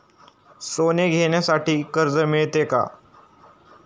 सोने घेण्यासाठी कर्ज मिळते का?